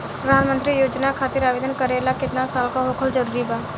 प्रधानमंत्री योजना खातिर आवेदन करे ला केतना साल क होखल जरूरी बा?